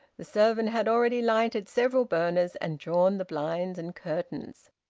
the servant had already lighted several burners and drawn the blinds and curtains.